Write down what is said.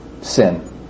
sin